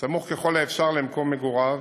סמוך ככל האפשר למקום מגוריו